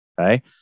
Okay